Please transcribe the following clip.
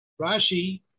Rashi